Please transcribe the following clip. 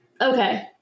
Okay